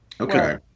Okay